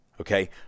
okay